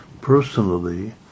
personally